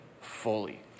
fully